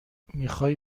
میخوای